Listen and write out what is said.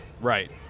Right